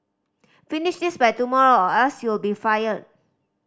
finish this by tomorrow or else you'll be fired